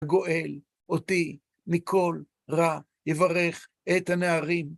גואל אותי מכל רע יברך את הנערים.